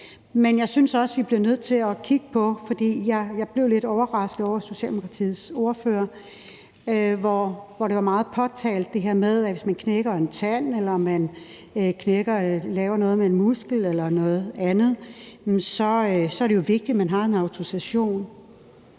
Men jeg synes også, vi bliver nødt til at kigge på det, for jeg blev lidt overrasket over Socialdemokratiets ordfører, som talte meget om det her med, at hvis man knækker en tand, eller der sker noget med en muskel eller noget andet, så er det jo vigtigt, at behandleren har en autorisation.